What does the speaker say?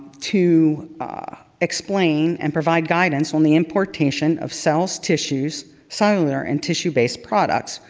to ah explain and provide guidance on the importation of cells, tissues, cellular, and tissue based products,